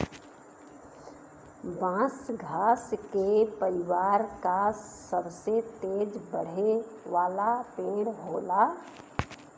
बांस घास के परिवार क सबसे तेज बढ़े वाला पेड़ होला